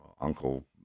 Uncle